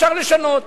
אפשר לשנות.